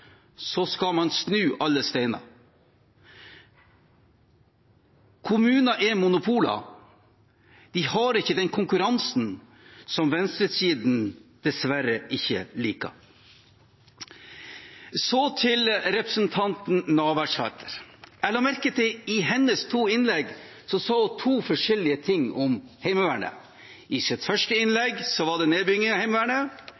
Så til representanten Navarsete: Jeg la merke til at hun i sine to innlegg sa forskjellige ting om Heimevernet. I sitt første